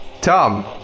Tom